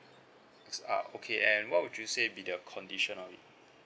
uh okay and what would you say be the condition of it